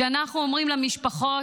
ואנחנו אומרים למשפחות: